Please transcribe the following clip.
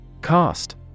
Cost